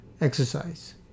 exercise